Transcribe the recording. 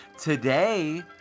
Today